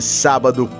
sábado